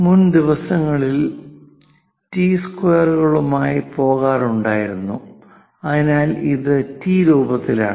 മുൻ ദിവസങ്ങളിൽ ആളുകൾ ടി സ്ക്വയറുകളുമായി പോകാറുണ്ടായിരുന്നു അതിനാൽ ഇത് ടി രൂപത്തിലാണ്